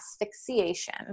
asphyxiation